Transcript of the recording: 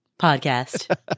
Podcast